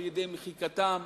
על-ידי מחיקתם,